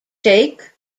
shaikh